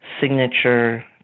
signature